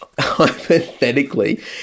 hypothetically